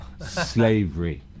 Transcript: slavery